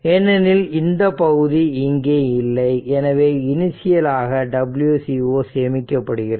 ஏனெனில் இந்த பகுதி இங்கே இல்லை எனவே இனிஷியல் ஆக wC0 சேமிக்கப்படுகிறது